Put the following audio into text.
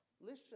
listen